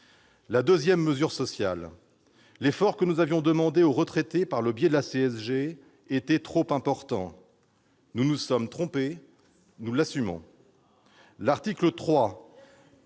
la seconde mesure sociale. L'effort que nous avions demandé aux retraités par le biais de la CSG était trop important. Ah ! Nous nous sommes trompés, nous l'assumons. « J'assume »,